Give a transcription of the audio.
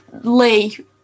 Lee